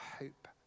hope